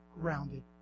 grounded